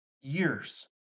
years